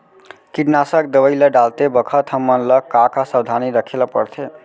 कीटनाशक दवई ल डालते बखत हमन ल का का सावधानी रखें ल पड़थे?